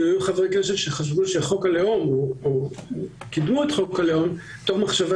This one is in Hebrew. חברי כנסת קידמו את חוק הלאום מתוך רצון